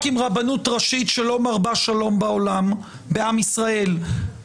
עם רבנות ראשית שלא מרבה שלום בעולם ובעם ישראל,